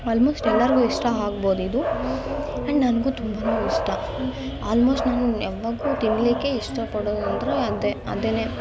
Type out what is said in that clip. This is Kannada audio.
ಆಲ್ಮೋಸ್ಟ್ ಎಲ್ಲರಿಗೂ ಇಷ್ಟ ಆಗ್ಬೋದು ಇದು ಆ್ಯಂಡ್ ನನಗೂ ತುಂಬ ಇಷ್ಟ ಆಲ್ಮೋಸ್ಟ್ ನನ್ನ ಯಾವಾಗೂ ತಿನ್ನಲಿಕ್ಕೆ ಇಷ್ಟ ಪಡೋದು ಅಂದರೆ ಅದೆ ಅದೇನೆ